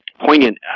poignant